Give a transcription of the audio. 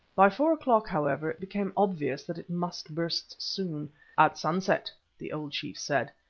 by four o'clock, however, it became obvious that it must burst soon at sunset, the old chief said,